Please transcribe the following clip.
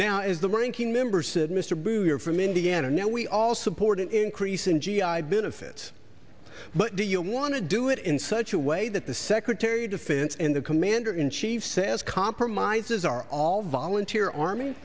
now is the ranking member said mr brewer from indiana now we all support an increase in g i benefits but do you want to do it in such a way that the secretary of defense and the commander in chief says compromises are all volunteer army